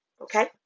Okay